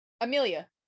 amelia